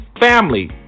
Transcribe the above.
family